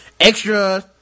extra